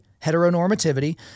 heteronormativity